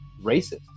racist